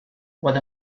what